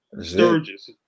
Sturgis